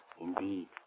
indeed